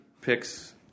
picks